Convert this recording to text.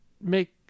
make